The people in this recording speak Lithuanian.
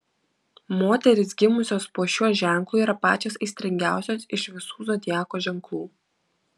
moterys gimusios po šiuo ženklu yra pačios aistringiausios iš visų zodiako ženklų